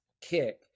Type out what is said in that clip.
kick